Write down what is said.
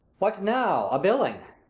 what now! a billing?